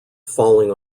falling